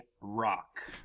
Rock